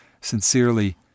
Sincerely